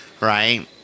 right